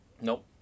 Nope